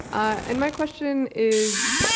and my question is,